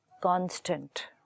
constant